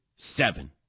Seven